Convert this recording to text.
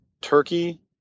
turkey